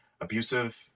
abusive